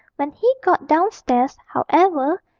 when he got downstairs, however,